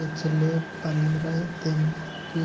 पिछले पंद्रेह दिन के